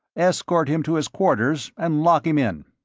escort him to his quarters and lock him in.